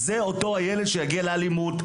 זה אותו הילד שיגיע לאלימות,